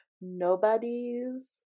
nobody's